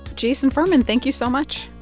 jason furman, thank you so much